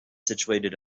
situated